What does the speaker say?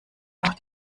durch